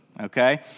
okay